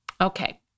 Okay